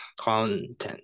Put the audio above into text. content